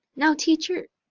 now, teacher,